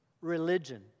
religion